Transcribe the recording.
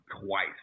twice